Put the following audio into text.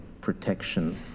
protection